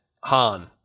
Han